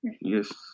Yes